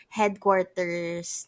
headquarters